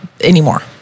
anymore